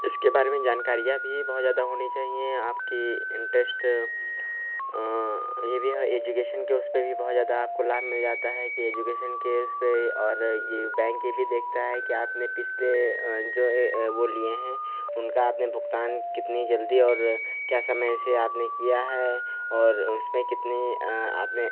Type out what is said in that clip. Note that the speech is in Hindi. इसके बारे में जानकारियाँ भी बहुत ज़्यादा होनी चाहिए आपके इंट्रश्ट यह भी हाँ एजुकेशन के उसपर भी बहुत ज़्यादा आपको लाभ मिल जाता है कि एजुकेशन के उसपर और यह बैंक ये भी देखता है कि आपने पिछले जो है वह लिए हैं उनका आपने भुगतान कितनी जल्दी और क्या समय से आपने किया है और उसमें कितनी आपने